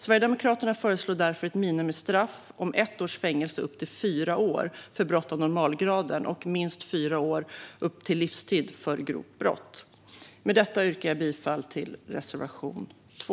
Sverigedemokraterna föreslår därför ett minimistraff om ett års fängelse och fängelsestraff upp till fyra år för brott av normalgraden samt minst fyra år och upp till livstid för grovt brott. Med detta yrkar jag bifall till reservation 2.